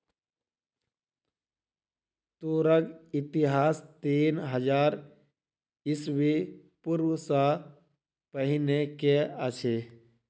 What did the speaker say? तूरक इतिहास तीन हजार ईस्वी पूर्व सॅ पहिने के अछि